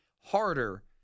harder